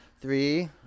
Three